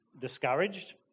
discouraged